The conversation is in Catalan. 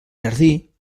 jardí